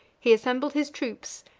he assembled his troops,